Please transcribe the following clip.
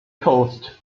toast